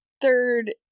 third